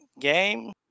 game